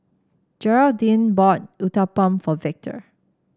Gearldine bought Uthapam for Victor